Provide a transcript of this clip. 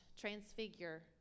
transfigure